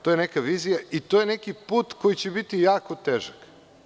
To je neka vizija i to je neki put koji će biti jako težak.